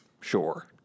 Sure